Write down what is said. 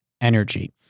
energy